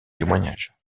témoignages